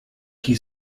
key